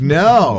no